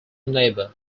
neighbor